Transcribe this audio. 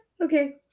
Okay